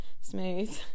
smooth